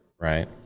Right